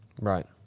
Right